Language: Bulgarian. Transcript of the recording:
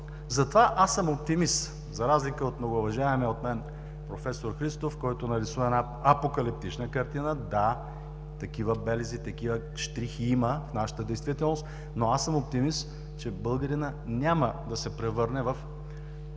Затова аз съм оптимист, за разлика от многоуважаемия от мен професор Христов, който нарисува една апокалиптична картина. Да, такива белези, такива щрихи има в нашата действителност, но аз съм оптимист, че българинът няма да се превърне в